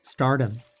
Stardom